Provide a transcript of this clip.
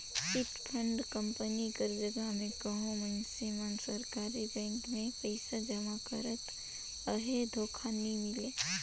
chit fund company कर जगहा में कहों मइनसे मन सरकारी बेंक में पइसा जमा करत अहें धोखा नी मिले